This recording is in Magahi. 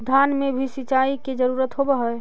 धान मे भी सिंचाई के जरूरत होब्हय?